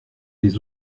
les